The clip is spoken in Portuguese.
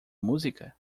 música